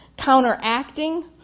counteracting